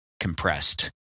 compressed